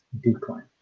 decline